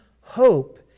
hope